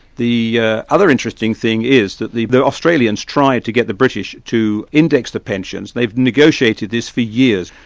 the other interesting thing is that the the australians tried to get the british to index the pensions they've negotiated this for years,